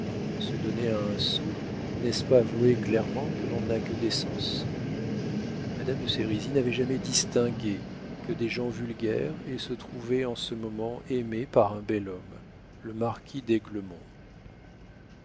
se donner à un sot n'est-ce pas avouer clairement que l'on n'a que des sens madame de sérizy n'avait jamais distingué que des gens vulgaires et se trouvait en ce moment aimée par un bel homme le marquis